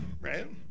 right